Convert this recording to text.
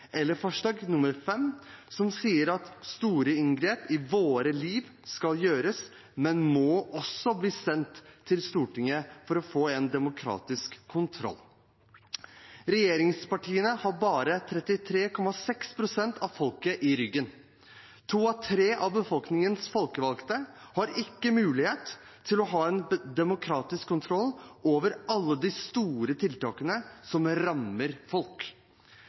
i våre liv kan gjøres, men må også bli sendt til Stortinget for å få en demokratisk kontroll. Regjeringspartiene har bare 33,6 pst. av folket i ryggen. To av tre av befolkningens folkevalgte har ikke mulighet til å ha en demokratisk kontroll over alle de store tiltakene som rammer folk.